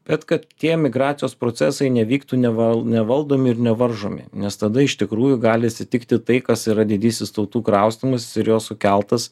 bet kad tie emigracijos procesai nevyktų neval nevaldomi ir nevaržomi nes tada iš tikrųjų gali atsitikti tai kas yra didysis tautų kraustymasis ir jo sukeltas